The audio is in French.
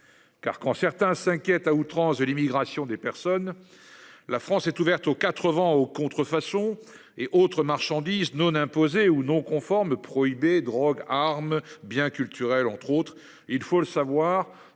Car quand certains s'inquiètent à outrance de l'immigration des personnes. La France est ouverte aux 4 vents aux contrefaçons et autres marchandises nos d'imposer ou non conformes. Drogue, armes bien culturel entre autres,